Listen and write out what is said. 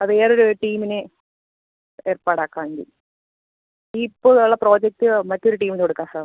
അത് വേറെ ഒരു ടീമിനെ ഏർപ്പാട് ആക്കാം എങ്കിൽ ഇപ്പോൾ ഉള്ള പ്രോജക്റ്റ് മറ്റൊരു ടീമിന് കൊടുക്കാം സാർ